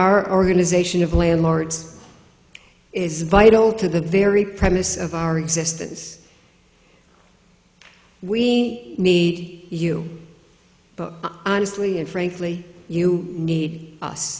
our organization of landlords is vital to the very premise of our existence we need you honestly and frankly you need us